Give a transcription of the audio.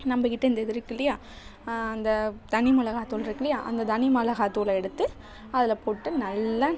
நம்பக்கிட்ட இந்த இது இருக்கு இல்லையா அந்த தனிமிளகாத்தூள் இருக்கில்லையா அந்த தனிமிளகாத்தூள எடுத்து அதில் போட்டு நல்லா